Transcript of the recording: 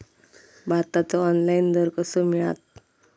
भाताचो ऑनलाइन दर कसो मिळात?